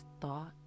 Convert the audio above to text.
thought